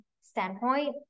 standpoint